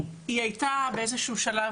היא הייתה באיזשהו שלב.